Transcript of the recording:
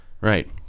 Right